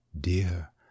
dear